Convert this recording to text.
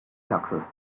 success